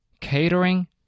catering